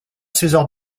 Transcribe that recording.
césar